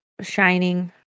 shining